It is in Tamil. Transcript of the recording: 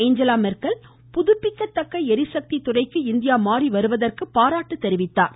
ஏஞ்சலா மெர்க்கல் புதுப்பிக்கத்தக்க ளிசக்தி துறைக்கு இந்தியா மாறி வருவதற்கு பாராட்டு தெரிவித்தார்